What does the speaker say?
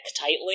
tightly